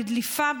לדליפה בים.